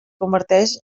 converteix